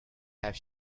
have